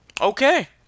okay